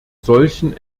solchen